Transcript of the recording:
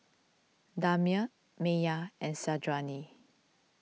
Damia Maya and Syazwani